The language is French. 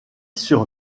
sur